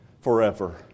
forever